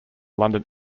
london